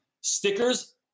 Stickers